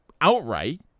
outright